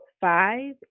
five